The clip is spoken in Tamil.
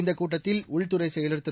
இந்தக் கூட்டத்தில் உள்துறைச் செயலர் திரு